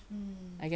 mmhmm